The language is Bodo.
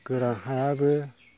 गोरा हायाबो